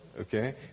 okay